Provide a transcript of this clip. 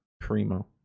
primo